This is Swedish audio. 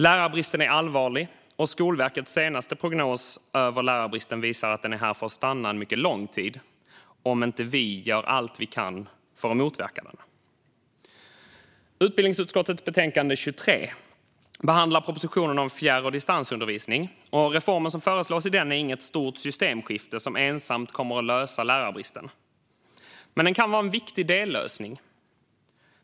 Lärarbristen är allvarlig, och Skolverkets senaste prognos över lärarbristen visar att den är här för att stanna en mycket lång tid om inte vi gör allt vi kan för att motverka den. Utbildningsutskottets betänkande 23 behandlar propositionen om fjärr och distansundervisning. Reformen som föreslås i den är inget stort systemskifte som ensamt kommer att lösa lärarbristen, men den kan vara en viktig dellösning.